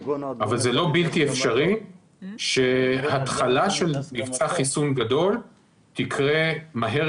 אבל זה לא בלתי אפשרי שהתחלה של מבצע חיסון גדול תקרה מהר